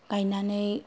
गायनानै